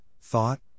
thought